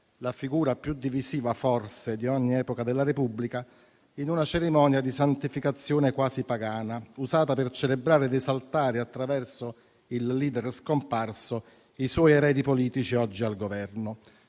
la figura più divisiva forse di ogni epoca della Repubblica, in una cerimonia di santificazione quasi pagana, usata per celebrare ed esaltare, attraverso il *leader* scomparso, i suoi eredi politici oggi al Governo.